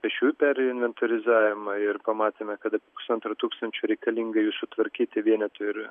pėsčiųjų perėjų inventorizavimą ir pamatėme kad pusantro tūkstančio reikalinga jų sutvarkyti vienetų ir